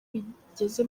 bigeze